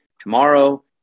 tomorrow